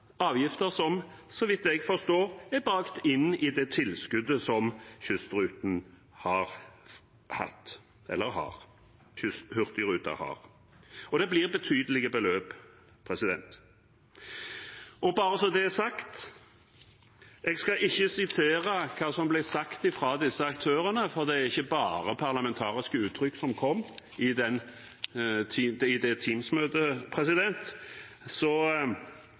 avgifter som, så vidt jeg forstår, er bakt inn i det tilskuddet som kysthurtigruta har. Det blir betydelige beløp. Og bare så det er sagt: Jeg skal ikke sitere hva som ble sagt av disse aktørene, for det var ikke bare parlamentariske uttrykk som kom i det Teams-møtet. Så den krisen er ikke bare håndtert bra, men det er selvfølgelig bedre enn ingenting. I dag er det